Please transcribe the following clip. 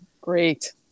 Great